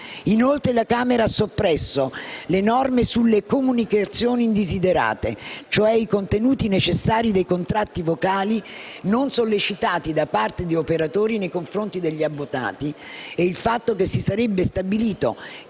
Inoltre la Camera ha soppresso le norme sulle comunicazioni indesiderate, cioè i contenuti necessari dei contratti vocali non sollecitati da parte di operatori nei confronti degli abbonati e il fatto che si sarebbe stabilito che